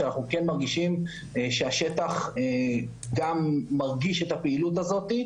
אנחנו כן מרגישים שהשטח מרגיש את הפעילות הזאת,